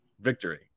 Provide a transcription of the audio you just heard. victory